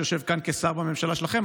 שיושב כאן כשר בממשלה שלכם,